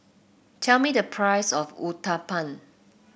tell me the price of Uthapam